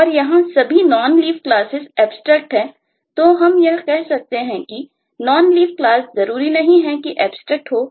और यहां सभी नॉन लीफ क्लासेस हो